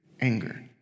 anger